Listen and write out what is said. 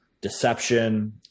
deception